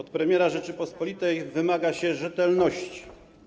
Od premiera Rzeczypospolitej wymaga się rzetelności.